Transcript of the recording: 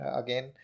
again